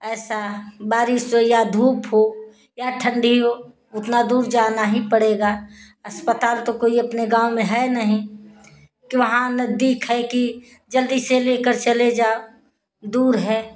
ऐसा बारिश हो या धूप हो या ठंडी हो उतना दूर जाना ही पड़ेगा अस्पताल तो कोई अपने गाँव में है नही कि वहाँ नज़दीक है कि जल्दी से लेकर चले जाओ दूर है